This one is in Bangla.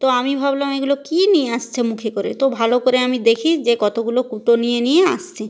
তো আমি ভাবলাম এগুলো কী নিয়ে আসছে মুখে করে তো ভালো করে আমি দেখি যে কতগুলো কুটো নিয়ে নিয়ে আসছে